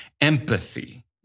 Empathy